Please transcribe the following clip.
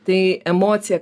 tai emocija